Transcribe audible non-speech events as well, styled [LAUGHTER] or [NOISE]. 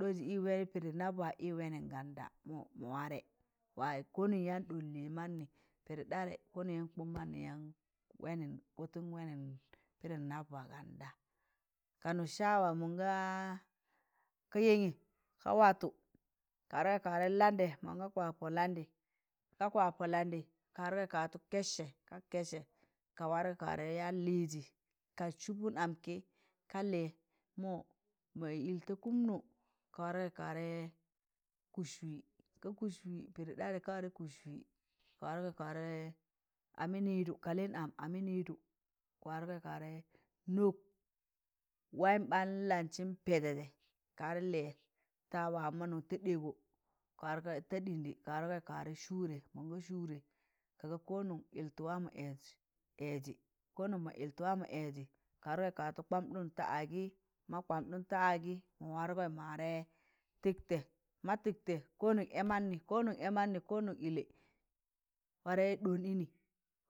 ɗọọzẹ ị waị pịdị nabwa ị wẹnịn gan da mọ ma warẹ ko non yaan ɗọọn lịịz maanị pịdị ɗarẹ ko non yaan kwam [NOISE] mannị yaan wẹẹnịn pịdị nabwa ganda kam saawaụ mon ga ka yẹngẹ ka watọ ka warẹ ka warẹ landẹ mọnga kwapọ landị ka kwapọ landị kawarẹ ka watọ kẹsẹ ka kẹsẹ ka warẹ yaan lịịzị ka sụpụm am kị, ka lịyẹn mọ mọ lị ta kamụnụ kawarẹ ka warẹ kụswịị ka kụswịị pịdị ɗarị ka warẹ kụs wịị, ka warẹ ka warẹ amị nịdụ ka lịịn am, amị nịdị kawarẹ kawarẹ nọg wayịm ɓaan lansịm nẹẹzẹ jẹ ka warẹ lịyẹ ta wamọnọn ta ɗeegọ ta ɗịndị ka warẹị kawa sụrẹ mọnga sụrẹ ka ga ko non yịltọ wamọ ẹẹzị ko non ma yịltọ wamọ ẹẹjị ka warẹ kwandụn ta agị ma kwamdụn ta agị ma wargọị ma ware tịiɗẹ ma tịktẹ ko non ẹẹ mannị ko non ẹẹ mannị ko non ịlẹ warẹ ɗọọn ịnị